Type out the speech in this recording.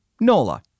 Nola